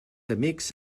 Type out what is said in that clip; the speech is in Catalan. amics